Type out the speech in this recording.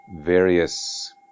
various